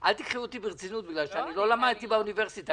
אל תיקחי אותי ברצינות כי אני לא למדתי באוניברסיטה,